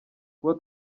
kuba